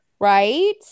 right